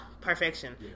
perfection